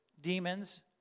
demons